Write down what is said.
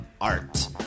art